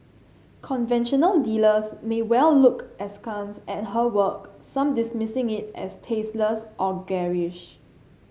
conventional dealers may well look askance at her work some dismissing it as tasteless or garish